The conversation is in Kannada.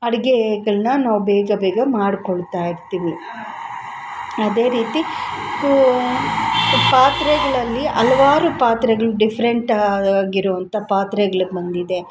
ಅಡುಗೆಗಳ್ನ ನಾವು ಬೇಗ ಬೇಗ ಮಾಡ್ಕೊಳ್ತಾ ಇರ್ತೀವಿ ಅದೇ ರೀತಿ ಕೂ ಪಾತ್ರೆಗಳಲ್ಲಿ ಹಲ್ವಾರು ಪಾತ್ರೆಗಳು ಡಿಫ್ರೆಂಟ್ ಆಗಿರೋವಂಥ ಪಾತ್ರೆಗ್ಳು ಬಂದಿದೆ